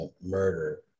murder